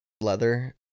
leather